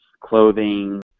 clothing